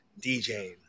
DJing